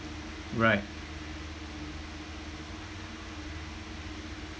right